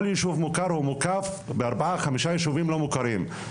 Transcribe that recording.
כל ישוב מוכר הוא מוקף בארבעה-חמישה ישובים לא מוכרים.